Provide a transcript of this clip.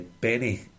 Benny